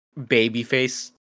babyface